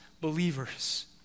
believers